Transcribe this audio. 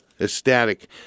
ecstatic